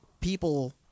people